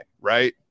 right